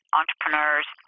entrepreneurs